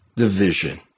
Division